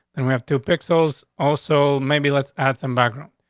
then we have two pixels also. maybe let's add some background.